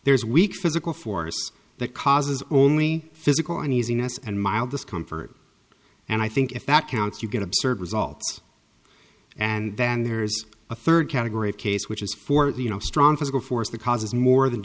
there's weak physical force that causes only physical and easing us and mild discomfort and i think if that counts you get absurd results and then there's a third category of case which is for the you know strong physical force that causes more than